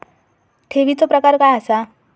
ठेवीचो प्रकार काय असा?